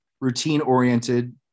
routine-oriented